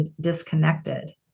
disconnected